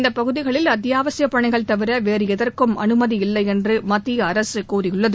இந்தப்பகுதிகளில் அத்தியாவசியப் பணிகள் தவிர வேறு எதற்கும் அனுமதியில்லை என்று மத்திய அரசு கூறியுள்ளது